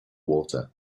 water